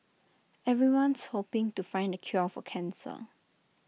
everyone's hoping to find the cure for cancer